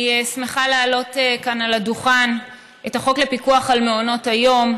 אני שמחה לעלות כאן על הדוכן את הצעת חוק לפיקוח על מעונות היום.